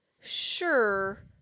sure